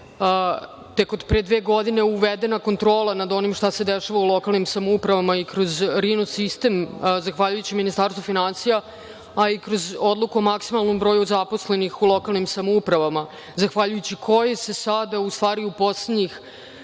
tek od pre dve godine uvedena kontrola nad onim šta se dešava u lokalnim samoupravama i kroz rino sistem, zahvaljujući Ministarstvu finansija, a i kroz odluku o maksimalnom broju zaposlenih u lokalnim samoupravama, zahvaljujući koje se sada u stvari u poslednjih